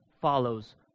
follows